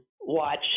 watch